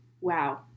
Wow